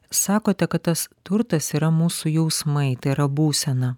sakote kad tas turtas yra mūsų jausmai tai yra būsena